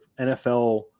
NFL